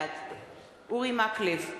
בעד אורי מקלב,